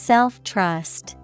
Self-trust